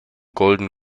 golden